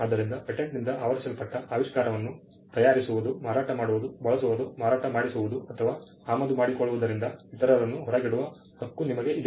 ಆದ್ದರಿಂದ ಪೇಟೆಂಟ್ನಿಂದ ಆವರಿಸಲ್ಪಟ್ಟ ಆವಿಷ್ಕಾರವನ್ನು ತಯಾರಿಸುವುದು ಮಾರಾಟ ಮಾಡುವುದು ಬಳಸುವುದು ಮಾರಾಟ ಮಾಡಿಸುವುದು ಅಥವಾ ಆಮದು ಮಾಡಿಕೊಳ್ಳುವುದರಿಂದ ಇತರರನ್ನು ಹೊರಗಿಡುವ ಹಕ್ಕು ನಿಮಗೆ ಇದೆ